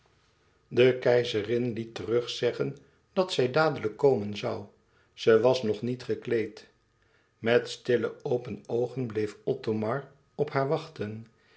de keizerin liet terug zeggen dat zij dadelijk komen zoû ze was nog niet gekleed met stille open oogen bleef othomar op haar wachten